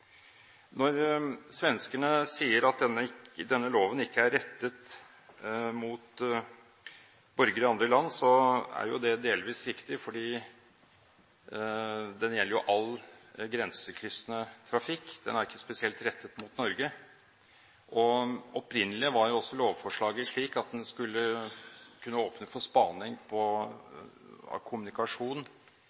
Når svenskene sier at denne loven ikke er rettet mot borgere i andre land, er det delvis riktig, for den gjelder all grensekryssende trafikk, den er ikke spesielt rettet mot Norge. Opprinnelig var også lovforslaget slik at det skulle kunne åpne for spaning på kommunikasjon